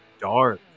Dark